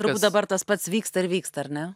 turbūt dabar tas pats vyksta ir vyksta ar ne